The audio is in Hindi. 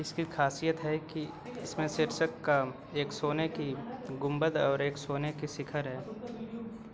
इसकी खासियत है कि इसमे शीर्षक का एक सोने की गुंबद एक सोने के शिखर है